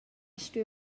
stuiu